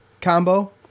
combo